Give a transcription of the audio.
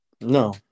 No